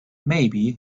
maybe